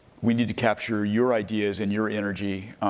we need to capture your ideas and your energy,